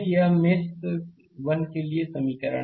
यह मेष 1 के लिए पहला समीकरण है